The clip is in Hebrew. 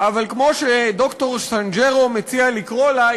אבל כמו שד"ר סנג'רו מציע לקרוא לה,